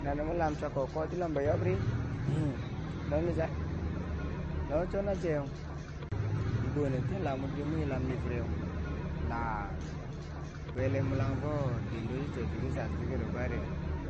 Na no mwe lam chwiyako kwobchi lombo yobri no misali no chonacheu chibonenti la mwe dwi mwi yilam nifireu la bwele mulanghu fo dendo chotiki chatifiket of bareu